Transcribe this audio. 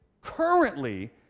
currently